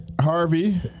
Harvey